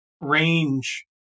range